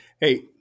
Hey